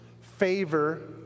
favor